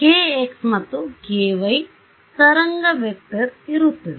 ಒಂದು kx ಮತ್ತು ky ತರಂಗ ವೆಕ್ಟರ್ ಇರುತ್ತದೆ